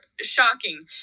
shocking